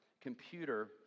computer